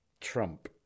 Trump